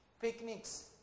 picnics